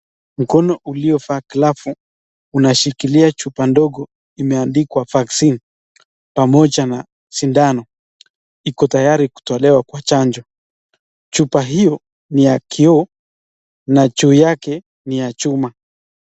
Mkono uliovaa glavu unashikilia chupa ndogo imeandikwa vaccine pamoja na sindano iko tayari kutolewa kwa chanjo. Chupa hiyo ni ya kioo na juu yake ni ya chuma.